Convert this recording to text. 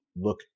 look